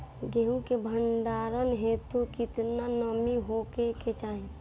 गेहूं के भंडारन हेतू कितना नमी होखे के चाहि?